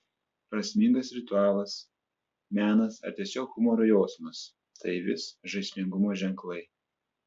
prasmingas ritualas menas ar tiesiog humoro jausmas tai vis žaismingumo ženklai